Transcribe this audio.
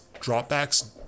dropbacks